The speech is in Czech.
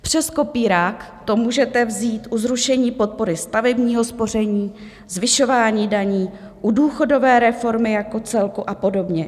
Přes kopírák to můžete vzít u zrušení podpory stavebního spoření, zvyšování daní, u důchodové reformy jako celku a podobně.